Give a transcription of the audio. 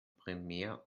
primär